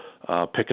pickup